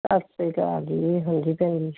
ਸਤਿ ਸ਼੍ਰੀ ਅਕਾਲ ਜੀ ਹਾਂਜੀ ਭੈਣ ਜੀ